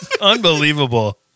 Unbelievable